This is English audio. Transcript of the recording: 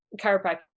chiropractic